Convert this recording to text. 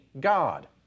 God